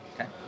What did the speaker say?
Okay